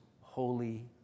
holy